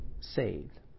saved